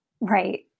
Right